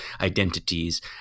identities